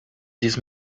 this